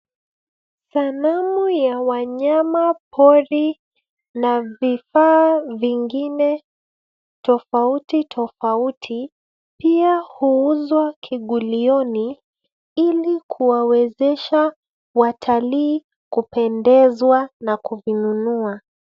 Sanamu ya wanyama pori na vifaa vingine tafauti tafauti pia huuzwa kigulioni ili kuwawezesha watalii kupendezwa na kuvinunua.